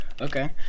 Okay